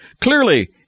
Clearly